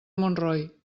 montroi